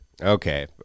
Okay